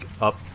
up